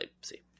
see